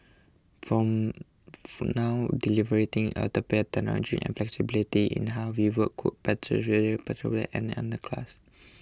from for now delivering utopia technology and flexibility in how we work could potentially perpetuate an underclass